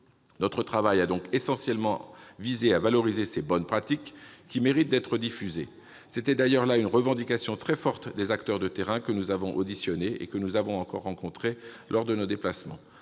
Notre travail a donc essentiellement visé à valoriser ces bonnes pratiques qui méritent d'être diffusées. C'était d'ailleurs une revendication très forte des acteurs de terrain que nous avons auditionnés et que nous avons rencontrés lors de nos déplacements